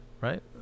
Right